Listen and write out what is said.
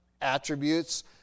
attributes